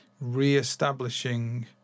re-establishing